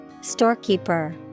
Storekeeper